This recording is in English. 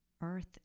earth